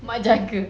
mak jaga